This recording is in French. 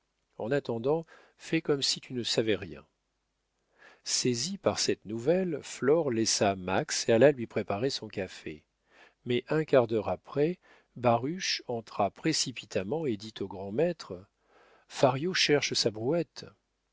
en attendant fais comme si tu ne savais rien saisie par cette nouvelle flore laissa max et alla lui préparer son café mais un quart d'heure après baruch entra précipitamment et dit au grand-maître fario cherche sa brouette